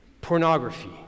Pornography